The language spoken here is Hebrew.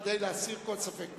כדי להסיר כל ספק מלב.